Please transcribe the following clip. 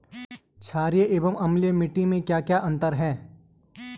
छारीय एवं अम्लीय मिट्टी में क्या क्या अंतर हैं?